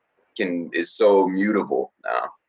can, is so mutable now.